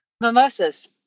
mimosas